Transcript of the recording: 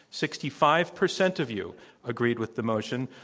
sixty five percent of you agreed with the motion.